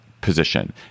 position